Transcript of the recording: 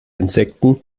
insekten